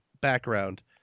background